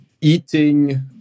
eating